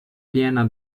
piena